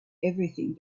everything